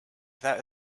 that